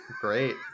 Great